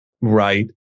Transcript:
right